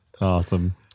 Awesome